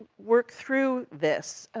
work through this.